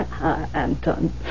Anton